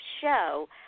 show